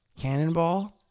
cannonball